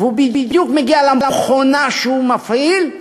והוא בדיוק מגיע למכונה שהוא מפעיל.